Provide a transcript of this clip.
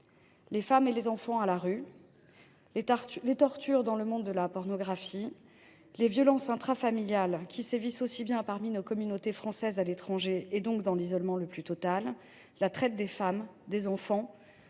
Les femmes et les enfants à la rue, les tortures dans le monde de la pornographie, les violences intrafamiliales, qui existent également parmi nos communautés françaises à l’étranger, donc dans l’isolement le plus total, la traite des femmes et des enfants,